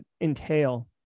entail